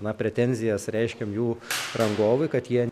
na pretenzijas reiškiam jų rangovui kad jie